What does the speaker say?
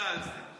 קריירה על זה.